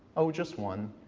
oh, just one.